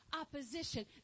opposition